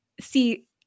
See